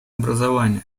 образования